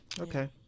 Okay